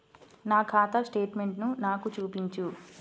నా ఖాతా స్టేట్మెంట్ను నాకు చూపించు